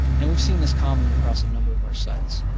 and we've seen this commonly across a number of our sites.